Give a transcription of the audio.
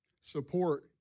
support